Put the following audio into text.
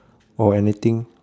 or anything